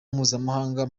mpuzamahanga